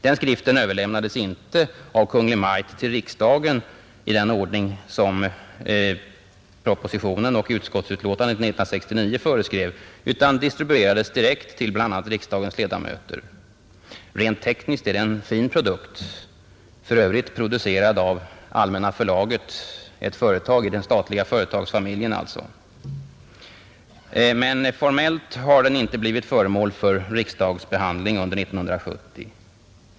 Den skriften överlämnades inte av Kungl. Maj:t till riksdagen i den ordning som propositionen och utskottsutlåtandet år 1969 föreskrev utan distribuerades direkt till bl.a. riksdagens ledamöter. Rent tekniskt är den en fin produkt, för övrigt producerad av AB Allmänna förlaget — ett företag i den statliga företagsfamiljen alltså. Formellt har den inte blivit föremål för riksdagsbehandling under 1970.